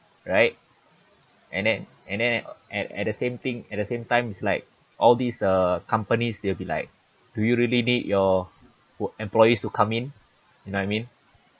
right and then and then at at the same thing at the same time is like all these uh companies they'll be like do you really need your wor~ employees to come in you know what I mean